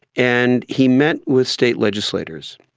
and he met with state legislators.